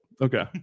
Okay